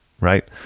right